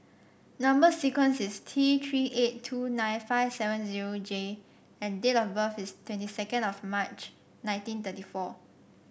number sequence is T Three eight two nine five seven zero J and date of birth is twenty second of March nineteen thirty four